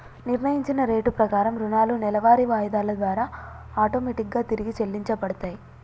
నిర్ణయించిన రేటు ప్రకారం రుణాలు నెలవారీ వాయిదాల ద్వారా ఆటోమేటిక్ గా తిరిగి చెల్లించబడతయ్